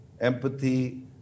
empathy